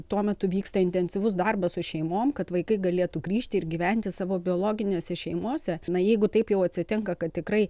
tuo metu vyksta intensyvus darbas su šeimom kad vaikai galėtų grįžti ir gyventi savo biologinėse šeimose na jeigu taip jau atsitinka kad tikrai